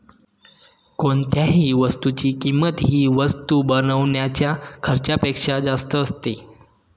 कोणत्याही वस्तूची किंमत ही वस्तू बनवण्याच्या खर्चापेक्षा जास्त असते